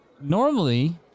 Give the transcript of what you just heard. normally